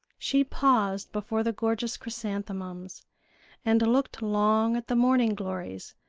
she paused before the gorgeous chrysanthemums and looked long at the morning-glories,